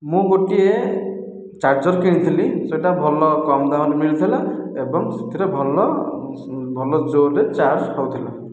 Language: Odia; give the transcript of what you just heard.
ମୁଁ ଗୋଟିଏ ଚାର୍ଜର କିଣିଥିଲି ସେଇଟା ଭଲ କମ୍ ଦାମ୍ରେ ମିଳିଥିଲା ଏବଂ ସେଥିରେ ଭଲ ଭଲ ଜୋର୍ରେ ଚାର୍ଜ ହେଉଥିଲା